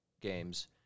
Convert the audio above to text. games